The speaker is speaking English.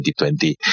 2020